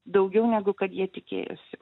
daugiau negu kad jie tikėjosi